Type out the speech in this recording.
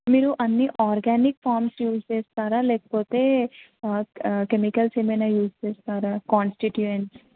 మీరు అన్నీ organic farms use చేస్తారా లేకపోతే కెమికల్స్ ఏమైనా యూజ్ చేస్తారా క్వాంటిటీ